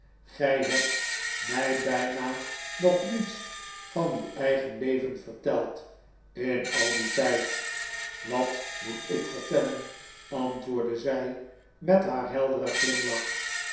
gij hebt mij bijna nog niets van uw eigen leven verteld in al dien tijd wat moet ik vertellen antwoordde zij met haar helderen glimlach